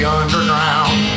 underground